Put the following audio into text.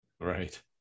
Right